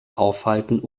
aufhalten